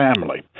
family